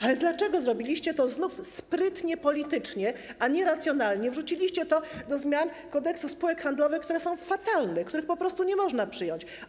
Ale dlaczego zrobiliście to znów sprytnie politycznie, a nie racjonalnie - wrzuciliście to do zmian Kodeksu spółek handlowych, które są fatalne, których po prostu nie można przyjąć?